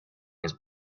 his